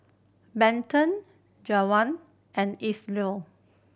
Benton and Ethyle